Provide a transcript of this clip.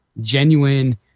genuine